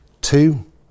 Two